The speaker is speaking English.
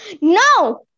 No